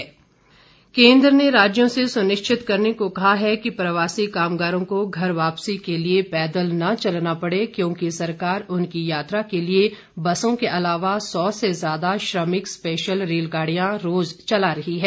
गह सचिव केन्द्र ने राज्यों से सुनिश्चित करने को कहा है कि प्रवासी कामगारों को घर वापसी के लिए पैदल न चलना पड़े क्योंकि सरकार उनकी यात्रा के लिये बसों के अलावा सौ से ज्यादा श्रमिक स्पेशल रेलगाड़ियां रोज चला रही है